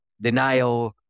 denial